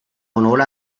honor